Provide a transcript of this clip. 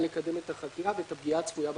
לקדם את החקירה ואת הפגיעה הצפויה בחשוד,